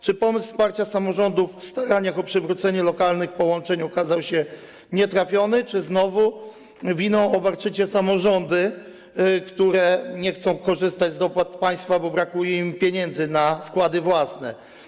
Czy pomysł wsparcia samorządów w staraniach o przywrócenie lokalnych połączeń okazał się nietrafiony, czy znowu winą obarczycie samorządy, które nie chcą korzystać z dopłat państwa, bo brakuje im pieniędzy na wkłady własne?